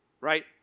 right